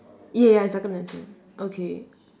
ya ya it's darker than the sand okay